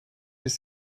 bis